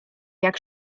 jak